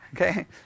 Okay